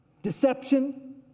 Deception